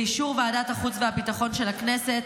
באישור ועדת החוץ והביטחון של הכנסת,